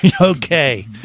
okay